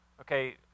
Okay